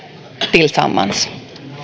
tillsammans